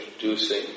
introducing